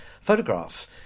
photographs